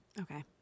Okay